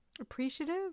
appreciative